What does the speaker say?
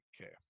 okay